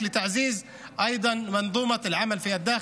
( את שערי הכניסה לארץ בפני הפועלים הפלסטינים,